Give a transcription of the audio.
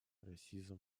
расизм